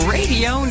Radio